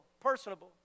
personable